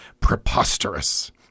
preposterous